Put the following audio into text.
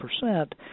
percent